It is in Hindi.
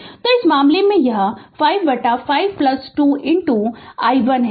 Refer Slide Time 1240 तो इस मामले में यह 5 बटा 5 2 i1 है